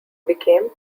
became